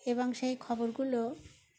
এবং সেই খবরগুলো